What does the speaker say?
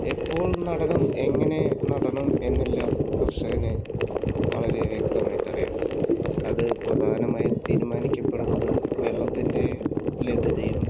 എപ്പോൾ നടണം എങ്ങനെ നടണം എന്നെല്ലാം കർഷകന് വളരെ വ്യക്തമായിട്ടറിയാം അത് പ്രധാനമായും തീരുമാനിക്കപ്പെടുന്നത് വെള്ളത്തിൻ്റെ ലഭ്യതയും